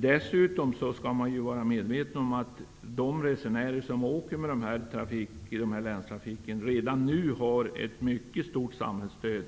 Dessutom skall man vara medveten om att de resenärer som använder sig av denna länstrafik redan nu har ett mycket stort samhällsstöd,